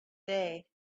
day